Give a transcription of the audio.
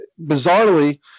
bizarrely